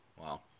Wow